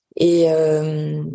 Et